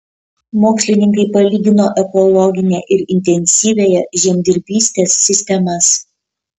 mokslininkai palygino ekologinę ir intensyviąją žemdirbystės sistemas